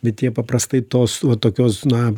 bet jie paprastai tos va tokios na